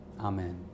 Amen